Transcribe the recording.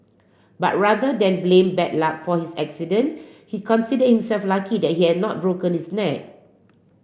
but rather than blame bad luck for his accident he considered himself lucky that he had not broken his neck